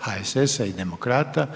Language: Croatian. HSS-a i Demokrata